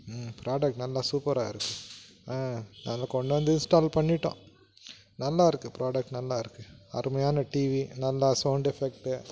ம் ப்ராடக்ட் நல்லா சூப்பராக இருக்குது ஆ அதை கொண்டாந்து இன்ஸ்டால் பண்ணிவிட்டோம் நல்லா இருக்குது ப்ராடக்ட் நல்லா இருக்குது அருமையான டிவி நல்லா சௌண்ட் எஃபெக்ட்டு